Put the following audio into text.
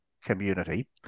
community